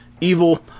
Evil